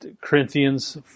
Corinthians